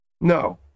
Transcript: No